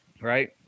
Right